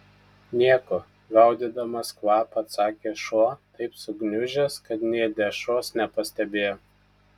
nieko gaudydamas kvapą atsakė šuo taip sugniužęs kad nė dešros nepastebėjo